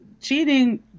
Cheating